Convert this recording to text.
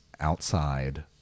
outside